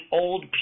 old